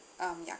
um ya